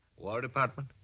war department?